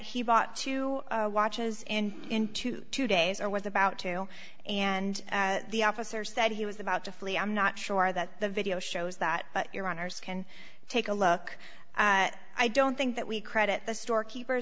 he bought two watches in into two days or was about two and the officer said he was about to flee i'm not sure that the video shows that but your honour's can take a look at i don't think that we credit the storekeeper